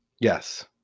Yes